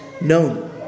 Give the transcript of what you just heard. known